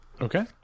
Okay